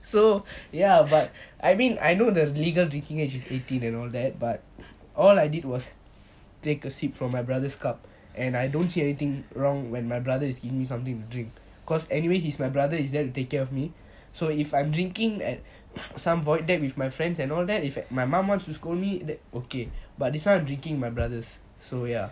so ya but I mean I know the legal drinking age is eighteen and all that but all I did was take a sip from my brother cup and I don't see anything wrong when my brother just give me something to drink cause anyway he is my brother he is there to take care of me so if I'm drinking at some void deck with my friends and all that if my mom wants to scold me okay but this one I'm drinking with my brothers so ya